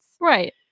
Right